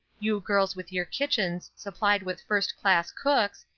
you girls with your kitchens supplied with first-class cooks,